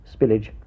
spillage